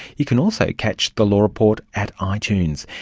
you can also catch the law report at ah itunes.